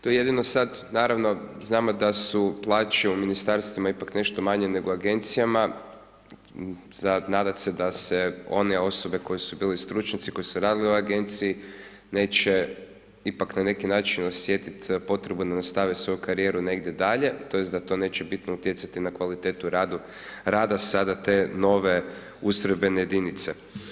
To jedino sad, naravno, znamo da su plaće u Ministarstvima ipak nešto manje nego u Agencijama, sad nadat se da se one osobe koji su bili stručnjaci, koji su radili u Agenciji, neće, ipak na neki način, osjetiti potrebu da nastave svoju karijeru negdje dalje tj. da to neće bitno utjecati na kvalitetu rada sada te nove ustrojbene jedinice.